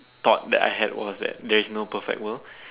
thought that I had was that there is no perfect world